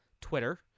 Twitter